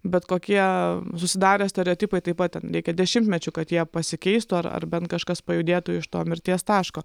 bet kokie susidarę stereotipai taip pat reikia dešimtmečių kad jie pasikeistų ar bent kažkas pajudėtų iš to mirties taško